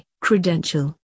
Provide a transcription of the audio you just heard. credential